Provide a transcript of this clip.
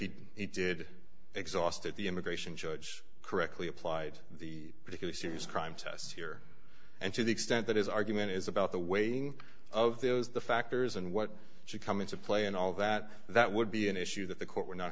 did he did exhaustive the immigration judge correctly applied the particular series crime tests here and to the extent that his argument is about the weighting of those the factors and what should come into play in all that that would be an issue that the court would not